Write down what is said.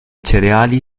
cereali